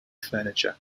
furniture